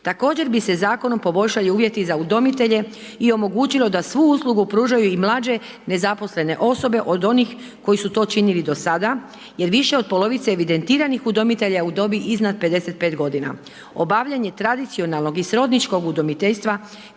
Također bi se zakonom poboljšali uvjeti za udomitelje i omogućilo da svu uslugu pružaju i mlađe nezaposlene osobe od onih koji su to činili do sada jer više od polovice evidentiranih udomitelja je u dobi iznad 55 godina. Obavljanje tradicionalnog i srodničkog udomiteljstva